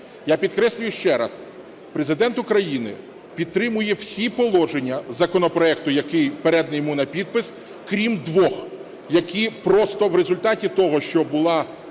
Я підкреслюю ще раз, Президент України підтримує всі положення законопроекту, який переданий йому на підпис, крім двох, які просто в результаті того, що була